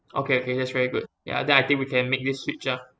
okay okay that's very good ya then I think we can make this switch lah